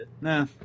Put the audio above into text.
Nah